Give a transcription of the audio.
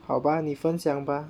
好吧你分享吧